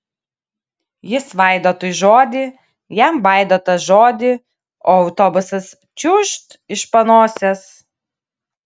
jis vaidotui žodį jam vaidotas žodį o autobusas čiūžt iš panosės